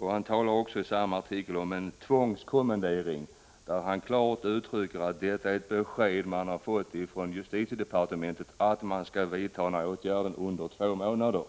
Han talar i samma artikel också om en tvångskommendering och uttrycker klart att man har fått besked från justitiedepartementet om att denna skall gälla under två månader.